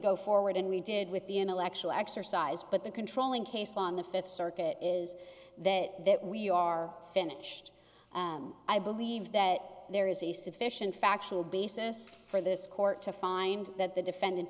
go forward and we did with the intellectual exercise but the controlling case on the fifth circuit is that we are finished i believe that there is a sufficient factual basis for this court to find that the defendant